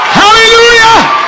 hallelujah